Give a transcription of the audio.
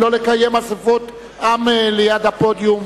לא לקיים אספות עם ליד הפודיום.